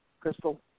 Crystal